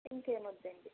ఇంకేం వద్దండీ